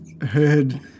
heard